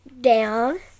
down